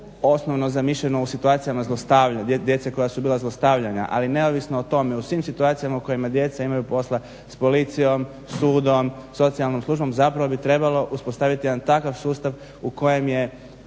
osnovno zamišljeno u situacijama zlostavljanja, djece koja su bila zlostavljana. Ali neovisno o tome u svim situacijama u kojima djeca imaju posla s policijom, sudom, socijalnom službom zapravo bi trebalo uspostaviti jedan takav sustav u kojem je